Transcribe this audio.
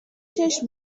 چشم